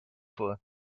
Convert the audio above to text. vor